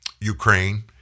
ukraine